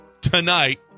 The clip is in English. tonight